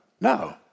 No